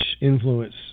influence